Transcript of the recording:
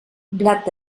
blat